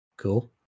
Cool